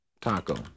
taco